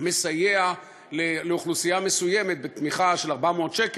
מסייע לאוכלוסייה מסוימת בתמיכה של 400 שקל.